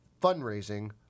fundraising